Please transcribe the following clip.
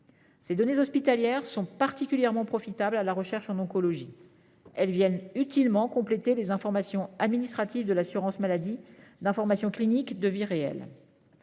Ces données hospitalières sont particulièrement profitables à la recherche en oncologie. Elles viennent utilement compléter les informations administratives de l'assurance maladie d'informations cliniques de « vie réelle